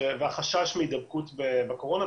והחשש מהידבקות בקורונה.